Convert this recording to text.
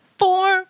four